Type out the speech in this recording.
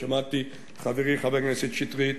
שמעתי את חברי חבר הכנסת שטרית,